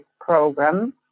program